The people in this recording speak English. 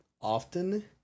often